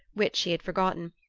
which she had forgotten,